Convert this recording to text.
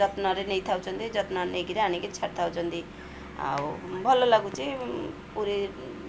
ଯତ୍ନରେ ନେଇ ଥାଉଛନ୍ତି ଯତ୍ନ ନେଇ କରି ଆଣି କରି ଛାଡ଼ି ଥାଉଛନ୍ତି ଆଉ ଭଲ ଲାଗୁଛି ପୁରୀ